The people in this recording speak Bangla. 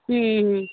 হুম হুম